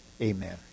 amen